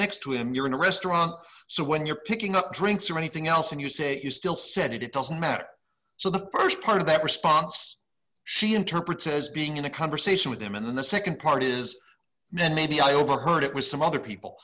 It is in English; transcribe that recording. next to him you're in a restaurant so when you're picking up drinks or anything else and you say you still said it it doesn't matter so the st part of that response she interpreted as being in a conversation with him and then the nd part is maybe i overheard it was some other people